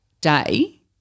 day